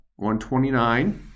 129